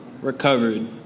Recovered